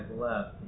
left